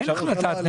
אין החלטת ממשלה.